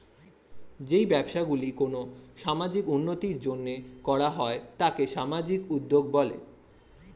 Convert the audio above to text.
যেই ব্যবসাগুলি কোনো সামাজিক উন্নতির জন্য করা হয় তাকে সামাজিক উদ্যোগ বলে